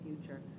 future